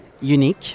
Unique